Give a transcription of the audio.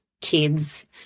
kids